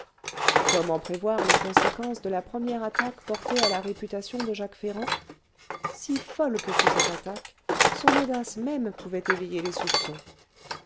comment prévoir les conséquences de la première attaque portée à la réputation de jacques ferrand si folle que fût cette attaque son audace même pouvait éveiller les soupçons